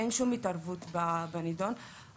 אין שום התערבות בנידון.